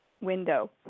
window